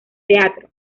teatro